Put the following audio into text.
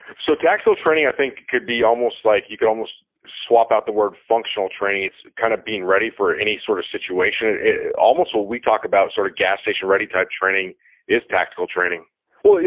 so tactical training, i think could be almost like you could almost swap out the word functional training. it's kind of being ready for any sort of situation. and almost when we talk about sort of gas station ready type training is tactical training well,